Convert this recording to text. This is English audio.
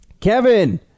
Kevin